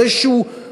זה איזה כורח,